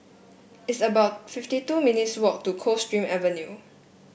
it's about fifty two minutes' walk to Coldstream Avenue